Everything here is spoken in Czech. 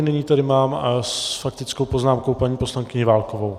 Nyní tady mám s faktickou poznámkou paní poslankyni Válkovou.